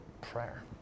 prayer